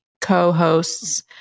co-hosts